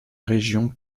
région